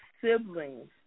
siblings